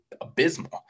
abysmal